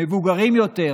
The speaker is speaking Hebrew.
המבוגרים יותר,